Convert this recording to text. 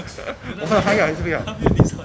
!wah! 他还要还是不要